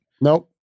Nope